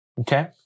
Okay